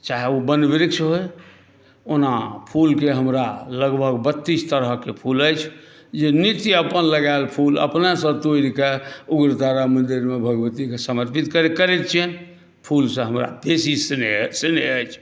चाहे ओ वनवृक्ष होइ ओना फूलके हमरा लगभग बत्तीस तरहके फूल अछि जे नित्य अपन लगाएल फूल अपनेसँ तोड़िकऽ उग्रतारा मन्दिरमे भगवतीके समर्पित करैत छिअनि फूलसँ हमरा अतिशय स्नेह अछि स्नेह अछि